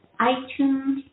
iTunes